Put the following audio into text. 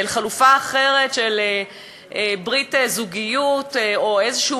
חלופה אחרת של ברית זוגיות או איזשהו